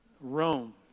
Rome